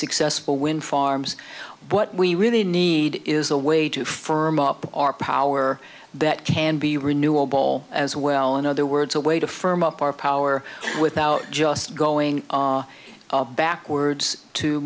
successful wind farms but we really need is a way to firm up our power that can be renewable as well in other words a way to firm up our power without just going backwards t